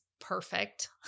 perfect